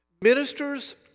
Ministers